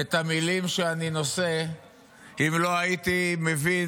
את המילים שאני נושא אם לא הייתי מבין,